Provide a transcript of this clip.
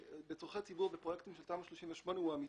ובצורכי ציבור בפרויקטים של תמ"א 38 הוא אמיתי,